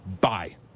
Bye